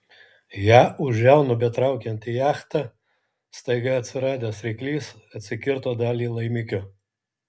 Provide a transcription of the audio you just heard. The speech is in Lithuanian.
ją už žiaunų betraukiant į jachtą staiga atsiradęs ryklys atsikirto dalį laimikio